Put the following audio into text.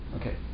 okay